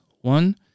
One